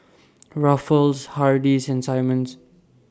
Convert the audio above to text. Ruffles Hardy's and Simmons